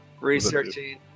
Researching